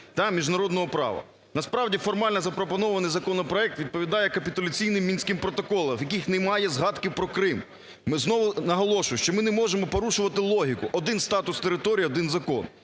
та міжнародного права. Насправді формально запропонований законопроект відповідає капітуляційним мінським протоколам, в яких немає згадки про Крим. Ми знову, наголошую, що ми не можемо порушувати логіку: один статус території – один закон.